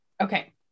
Okay